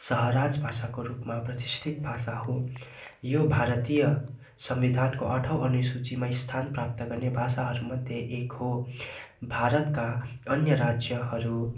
सहराजभाषाको रूपमा प्रतिष्ठित भाषा हो यो भारतीय संविधानको आठौँ अनुसूचिमा स्थान प्राप्त गर्ने भाषाहरूमध्ये एक हो भारतका अन्य राज्यहरू